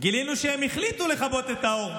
גילינו שהם החליטו לכבות את האור.